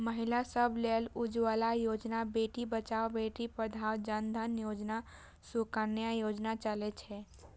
महिला सभ लेल उज्ज्वला योजना, बेटी बचाओ बेटी पढ़ाओ, जन धन योजना, सुकन्या योजना चलै छै